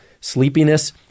Sleepiness